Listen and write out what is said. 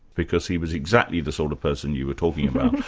because he was exactly the sort of person you were talking about.